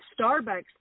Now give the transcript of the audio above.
Starbucks